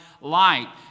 light